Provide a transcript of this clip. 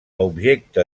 objecte